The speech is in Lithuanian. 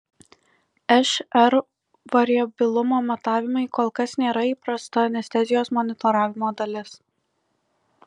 šr variabilumo matavimai kol kas nėra įprasta anestezijos monitoravimo dalis